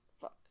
fuck